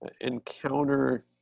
encounter